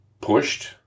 pushed